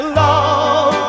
love